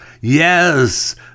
Yes